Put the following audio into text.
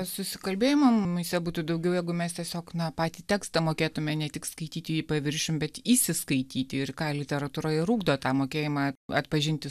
susikalbėjimo mumyse būtų daugiau jeigu mes tiesiog na patį tekstą mokėtume ne tik skaityti jį paviršium bet įsiskaityti ir ką literatūra ir ugdo tą mokėjimą atpažinti